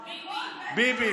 ביבי.